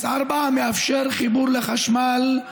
המאפשר חיבור לחשמל,